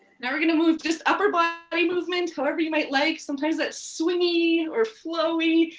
now, we're gonna move this upward but movement however you might like. sometimes it's swingy or flowy.